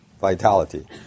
vitality